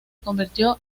convirtió